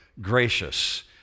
gracious